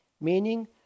meaning